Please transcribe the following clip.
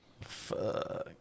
Fuck